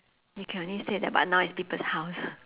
you can only say that but now it's people's house